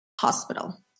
hospital